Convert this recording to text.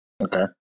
Okay